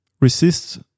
resists